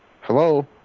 hello